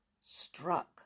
struck